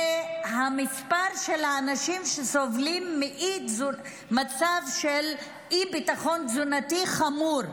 זה המספר של האנשים שסובלים ממצב של אי-ביטחון תזונתי חמור.